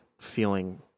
feeling